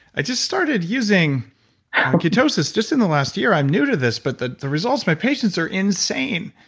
i just started using ketosis just in the last year. i'm new to this, but the the results my patients are insane.